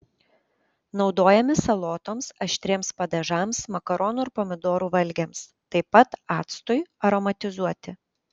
naudojami salotoms aštriems padažams makaronų ir pomidorų valgiams taip pat actui aromatizuoti